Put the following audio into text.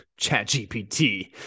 ChatGPT